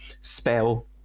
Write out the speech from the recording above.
spell